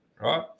right